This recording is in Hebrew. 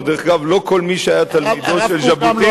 דרך אגב, לא כל מי שהיה תלמידו של ז'בוטינסקי,